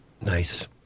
Nice